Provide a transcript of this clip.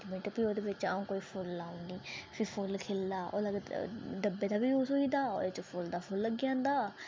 ते डब्बे अगर बड्डा होऐ ते फ्ही पंज्ज मैण्ट फ्ही ओह्दे च थोह्ड़ा फुल्ल चिडियां पान्ने डब्बे दा बी यूज़ होई जंदा ते फुल बी लग्गी जंदा